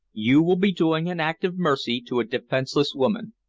you will be doing an act of mercy to a defenseless woman.